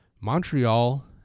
Montreal